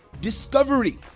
Discovery